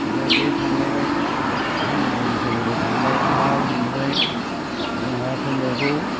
ओमफ्राय बे थांलायबाय ओंखाम गोरलैनि सोमोन्दोआ थांबाय आरो बिनिफ्राय जोंहा फैनायखौ